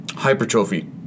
hypertrophy